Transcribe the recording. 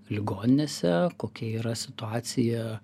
ligoninėse kokia yra situacija